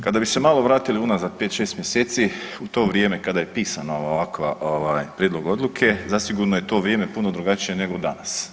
Kada bi se malo vratili unazad pet, šest mjeseci u to vrijeme kada je pisan ovakav prijedlog odluke zasigurno je to vrijeme puno drugačije nego danas.